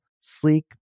sleek